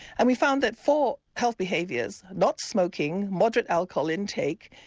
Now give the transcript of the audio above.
and we found that four health behaviours not smoking, moderate alcohol intake,